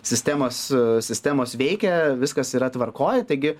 sistemos sistemos veikia viskas yra tvarkoj taigi